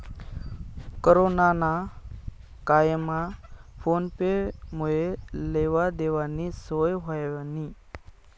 corona ना कायमा phone पे मुये लेवा देवानी सोय व्हयनी